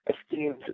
esteemed